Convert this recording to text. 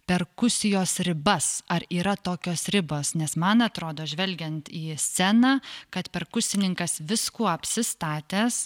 perkusijos ribas ar yra tokios ribos nes man atrodo žvelgiant į sceną kad perkusininkas viskuo apsistatęs